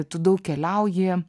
tu daug keliauji